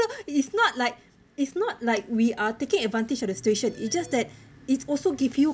it's not like it's not like we are taking advantage of the situation it just that it also give you